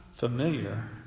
Familiar